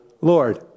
Lord